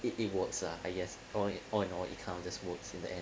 it it works are I guess or all in all it count the votes in the air